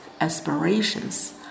aspirations